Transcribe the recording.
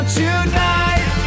tonight